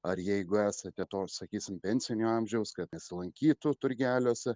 ar jeigu esate to sakysim pensinio amžiaus kad nesilankytų turgeliuose